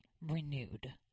renewed